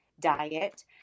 diet